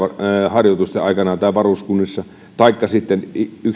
harjoitusten aikana ja varuskunnissa sekä sitten